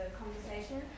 conversation